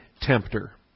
tempter